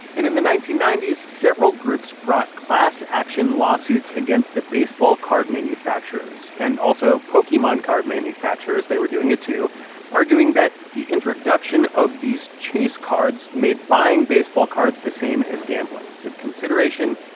and in the nineteen ninety s, several groups brought class-action lawsuits against the baseball card manufacturers and also pokemon card manufacturers they were doing it, too arguing that the introduction of these chase cards made buying baseball cards the same as gambling, with consideration,